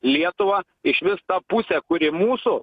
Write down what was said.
lietuva išvis ta pusė kuri mūsų